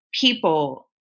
people